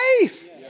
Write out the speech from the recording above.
faith